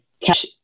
catch